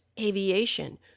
aviation